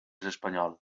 espanyol